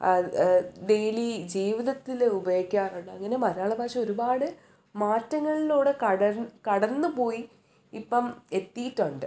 daily ജീവിതത്തിൽ ഉപയോഗിക്കാറുണ്ട് അങ്ങനെ മലയാള ഭാഷ ഒരുപാട് മാറ്റങ്ങളിലൂടെ കട കടന്നുപോയി ഇപ്പം എത്തിയിട്ടുണ്ട്